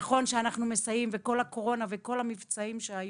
נכון שאנחנו מסייעים בקורונה ובכל המבצעים שהיו,